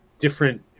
different